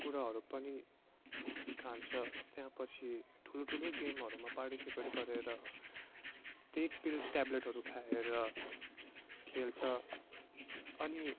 कुराहरू पनि खान्छ त्यहाँपछि ठुलो ठुलो गेमहरूमा पार्टिसिपेट गरेर त्यही पिल्स ट्याबलेटहरू खाएर खेल्छ अनि